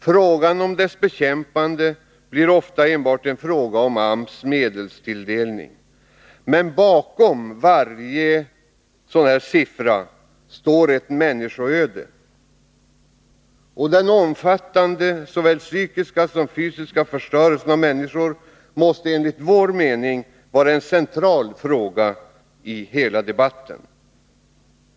Frågan om dess bekämpande blir ofta enbart en fråga om medelstilldelning till AMS. Men bakom varje sådan siffra finns ett människoöde. Den omfattande såväl psykiska som fysiska förstörelsen av människor måste enligt vår mening vara en central fråga i hela debatten.